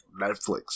netflix